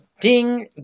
Ding